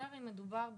זה הרי מדובר בקטינים,